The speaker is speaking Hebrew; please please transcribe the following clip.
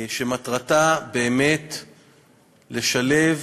שמטרתה באמת לשלב,